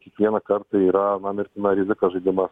kiekvieną kartą yra mirtina rizika žaidimas